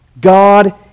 God